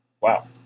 Wow